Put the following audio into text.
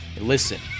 Listen